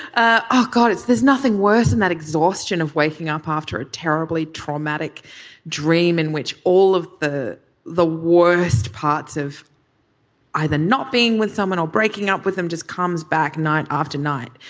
ah ah god, it's there's nothing worse than and that exhaustion of waking up after a terribly traumatic dream in which all of the the worst parts of either not being with someone or breaking up with them just comes back. night after night.